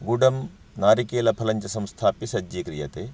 गुडं नारिकेलफलञ्च संस्थाप्य सज्जीक्रियते